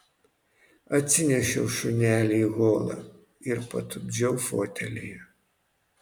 atsinešiau šunelį į holą ir patupdžiau fotelyje